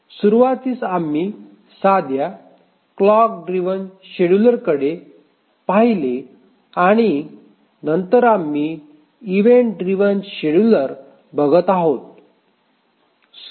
सुरुवातीस आम्ही साध्या क्लॉक ड्रिव्हन शेड्यूलरकडे पाहिले आणि नंतर आम्ही इव्हेंट ड्रिव्हन शेड्युलर बघत आहोत